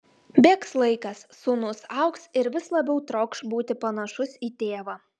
bėgs laikas sūnus augs ir vis labiau trokš būti panašus į tėvą